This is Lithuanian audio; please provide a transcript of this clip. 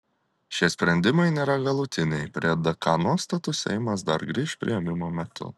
šie sprendimai nėra galutiniai prie dk nuostatų seimas dar grįš priėmimo metu